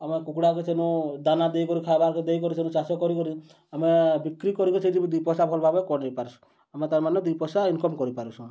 ଆମେ କୁକୁଡ଼ାକେ ସେନୁ ଦାନା ଦେଇକରି ଖାଏବାର୍ ଦେଇକରି ସେନୁ ଚାଷ କରିକରି ଆମେ ବିକ୍ରି କରିକିରି ସେଠୁ ବି ଦୁଇ ପଇସା ଭଲ୍ ଭାବେ କରିପାର୍ସୁଁ ଆମେ ତା'ର୍ମାନେ ଦୁଇ ପଏସା ଇନ୍କମ୍ କରିପାର୍ସୁଁ